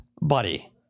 buddy